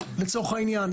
לצורך העניין,